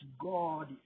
God